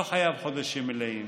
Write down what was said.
לא חייב חודשים מלאים